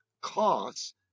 costs